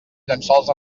llençols